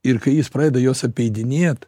ir kai jis pradeda juos apeidinėt